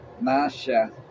Masha